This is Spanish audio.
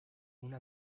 una